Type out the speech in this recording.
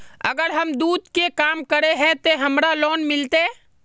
अगर हम दूध के काम करे है ते हमरा लोन मिलते?